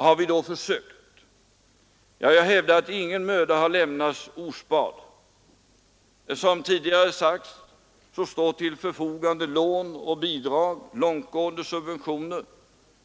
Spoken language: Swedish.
Har vi då försökt? Jag hävdar att ingen möda har sparats. Som tidigare sagts står lån, bidrag, långtgående subventioner till förfogande,